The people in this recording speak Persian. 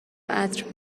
عطر